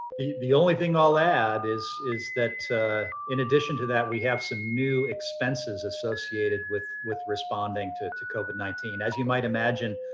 the only thing i'll add is is in addition to that we have so new expenses associated with with responding to to covid nineteen. as you might imagine,